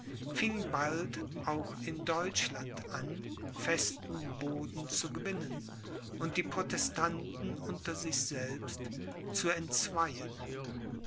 fing bald auch in deutschland an festen boden zu gewinnen und die protestanten unter sich selbst zu entzweien